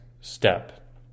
step